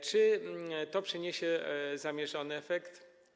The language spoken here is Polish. Czy to przyniesie zamierzony efekt?